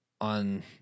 on